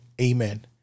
amen